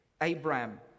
Abraham